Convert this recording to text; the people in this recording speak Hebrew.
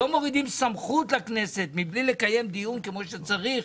לא מורידים סמכות מן הכנסת מבלי לקיים דיון כפי שצריך,